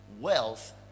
wealth